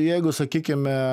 jeigu sakykime